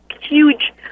huge